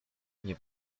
nie